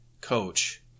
coach